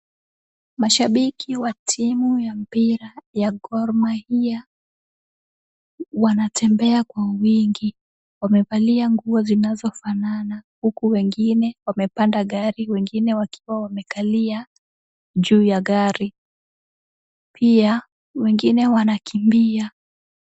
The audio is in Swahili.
Mashabiki wa timu ya mpira ya Gor Mahia wanatembea kwa wingi. Wamevaia nguo zinazofanana huku wengine wamepanda gari wengine waiwa wamekalia juu ya gari. Pia wengine wanakimbia.